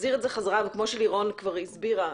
להחזיר את זה חזרה וכמו שלירון כבר הסבירה,